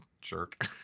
jerk